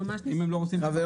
אם הם לא רוצים את המאגר --- אגב,